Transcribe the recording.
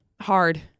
Hard